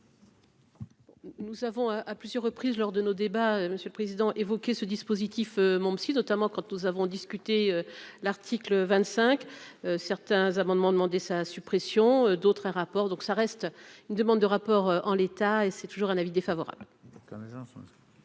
Nous avons à plusieurs reprises lors de nos débats, monsieur le Président évoquer ce dispositif MonPsy notamment quand nous avons discuté, l'article 25 certains amendements demandé sa suppression, d'autres rapports, donc ça reste une demande de rapport en l'état, et c'est toujours un avis défavorable.